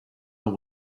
know